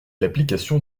l’application